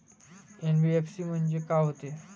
NBFC म्हणजे का होते?